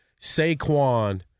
Saquon